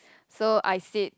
so I said